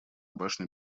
башни